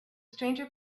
stranger